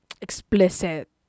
explicit